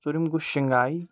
ژوٗرِم گوٚو شِنگایہِ